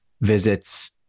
visits